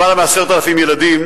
למעלה מ-10,000 ילדים,